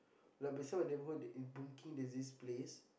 no beside my neighborhood boonkeng there's this place